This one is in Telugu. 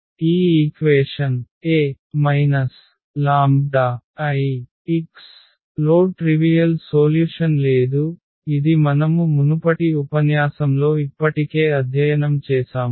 ఈ ఈక్వేషన్ A λIx లో ట్రివియల్ సోల్యుషన్ లేదు ఇది మనము మునుపటి ఉపన్యాసంలో ఇప్పటికే అధ్యయనం చేసాము